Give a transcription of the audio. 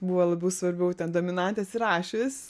buvo labiau svarbiau ten dominantės ir ašys